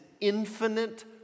infinite